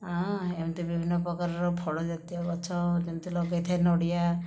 ଆଁ ଏମିତି ବିଭିନ୍ନ ପ୍ରକାରର ଫଳ ଜାତୀୟ ଗଛ ଯେମିତି ଲଗେଇଥାଏ ନଡ଼ିଆ